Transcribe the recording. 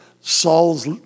Saul's